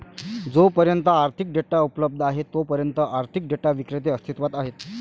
जोपर्यंत आर्थिक डेटा उपलब्ध आहे तोपर्यंत आर्थिक डेटा विक्रेते अस्तित्वात आहेत